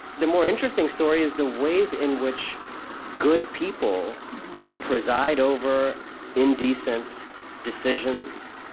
the more interesting story is the ways in which good people preside over indecent decisions.